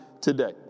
today